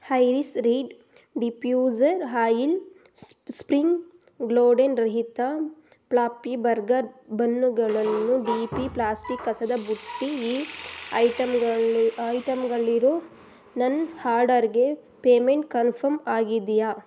ಹೈರಿಸ್ reed diffuser ಹಾಯಿಲ್ spring gluten ರಹಿತ fluffy burger ಬನ್ನುಗಳನ್ನು ಡಿ ಪಿ ಪ್ಲಾಸ್ಟಿಕ್ ಕಸದಬುಟ್ಟಿಲಿ ಐಟಂಗಳಿ ಐಟಂಗಳಿರೊ ನನ್ನ ಹಾರ್ಡರ್ಗೆ ಪೇಮೆಂಟ್ ಕನ್ಫರ್ಮ್ ಆಗಿದೆಯಾ